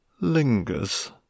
lingers